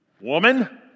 Woman